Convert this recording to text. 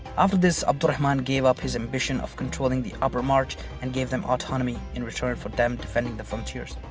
after this, abd al-rahman gave up his ambitions of controlling the upper march and gave them autonomy in return for them defending the frontiers.